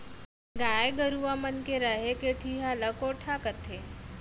गाय गरूवा मन के रहें के ठिहा ल कोठा कथें